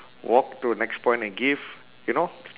walk to the next point and give you know